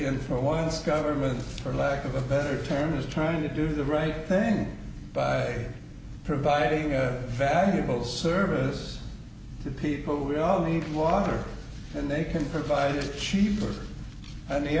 and for once government for lack of a better term is trying to do the right thing by providing a valuable service to people we all need water and they can provide cheaper and the